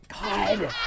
God